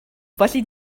felly